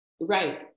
Right